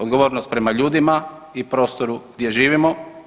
Odgovornost prema ljudima i prostoru gdje živimo.